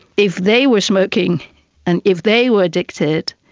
if they were smoking and if they were addicted,